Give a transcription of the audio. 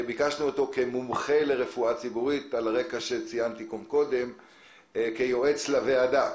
מומחה לרפואה ציבורית, שהבאנו אותו כיועץ לוועדה.